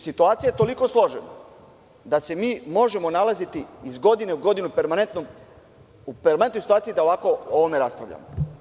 Situacija je toliko složena da se mi možemo nalaziti iz godine u godinu u permanentnoj situaciji da ovako o ovome raspravljamo.